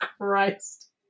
Christ